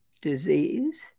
disease